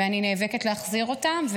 ואני נאבקת להחזיר אותם.